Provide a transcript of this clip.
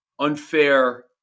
unfair